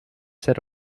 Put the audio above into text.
set